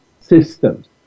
systems